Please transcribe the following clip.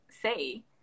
say